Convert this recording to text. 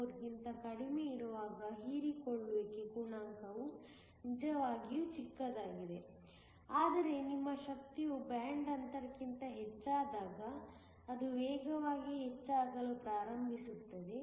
4 ಕ್ಕಿಂತ ಕಡಿಮೆ ಇರುವಾಗ ಹೀರಿಕೊಳ್ಳುವ ಗುಣಾಂಕವು ನಿಜವಾಗಿಯೂ ಚಿಕ್ಕದಾಗಿದೆ ಆದರೆ ನಿಮ್ಮ ಶಕ್ತಿಯು ಬ್ಯಾಂಡ್ ಅಂತರಕ್ಕಿಂತ ಹೆಚ್ಚಾದಾಗ ಅದು ವೇಗವಾಗಿ ಹೆಚ್ಚಾಗಲು ಪ್ರಾರಂಭಿಸುತ್ತದೆ